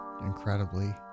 incredibly